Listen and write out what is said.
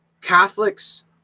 catholics